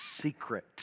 secret